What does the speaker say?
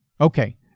Okay